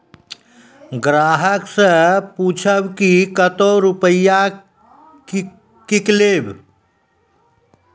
ग्राहक से पूछब की कतो रुपिया किकलेब?